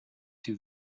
two